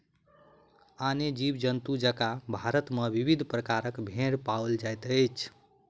आने जीव जन्तु जकाँ भारत मे विविध प्रकारक भेंड़ पाओल जाइत छै